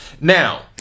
Now